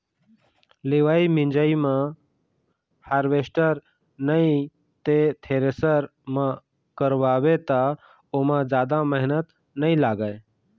लिवई मिंजई ल हारवेस्टर नइ ते थेरेसर म करवाबे त ओमा जादा मेहनत नइ लागय